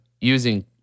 using